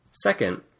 Second